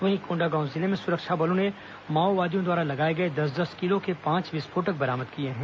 वहीं कोंडागांव जिले में सुरक्षा बलों ने माओवादियों द्वारा लगाए गए दस दस किलो के पांच आईईडी बरामद किए हैं